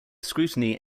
scrutiny